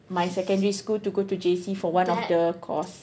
my secondary school to go to J_C for one of the course